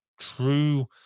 true